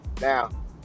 Now